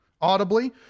audibly